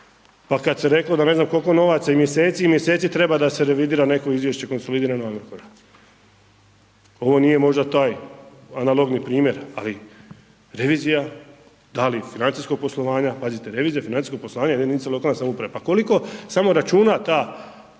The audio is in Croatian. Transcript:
pa kad se reklo da ne znam koliko novaca i mjeseci i mjeseci treba da se revidira neko izvješće konsolidirano Agrokora. Ovo nije možda taj analogni primjer, ali revizija da li financijskog poslovanja, pazite revizija financijskog poslovanja jedinica lokalne samouprave, pa koliko samo računa ta